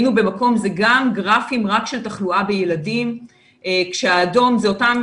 זה גם גרפים רק של תחלואה בילדים כשהאדום זה אותם